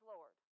Lord